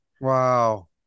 Wow